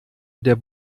der